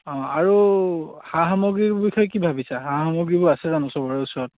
অঁ আৰু সা সামগ্ৰীৰ বিষয়ে কি ভাবিছা সা সামগ্ৰীবোৰ আছে জানো চবৰে ওচৰত